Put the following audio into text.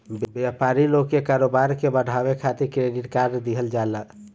व्यापारी लोग के कारोबार के बढ़ावे खातिर क्रेडिट कार्ड दिहल जाला